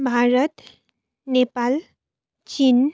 Bharat Nepal Chin